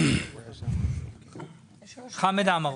חמד עמאר,